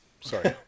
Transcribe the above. Sorry